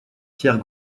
pierre